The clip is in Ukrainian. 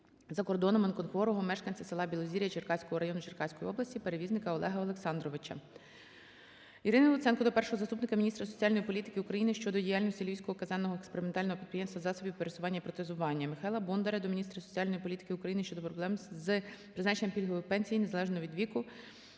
за кордоном онкохворого мешканця села Білозір'я Черкаського району Черкаської області Перевізника Олега Олександровича. Ірини Луценко до першого заступника міністра соціальної політики України щодо діяльності Львівського казенного експериментального підприємства засобів пересування і протезування. Михайла Бондаря до міністра соціальної політики України щодо проблем з призначенням пільгових пенсій, незалежно від віку